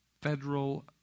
Federal